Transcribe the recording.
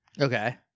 Okay